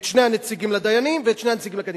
את שני הנציגים לדיינים ואת שני הנציגים לקאדים.